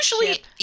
Usually